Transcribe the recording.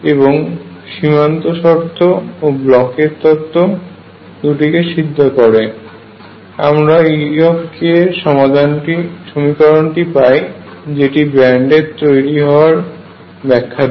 এবং সীমান্ত শর্ত ও ব্লকের তত্ত্বBlochs theorem দুটিকে সিদ্ধ করে আমরা E এর সমীকরণটি পাই যেটি ব্যান্ড এর তৈরি হওয়ার ব্যাখ্যা দেয়